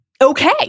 okay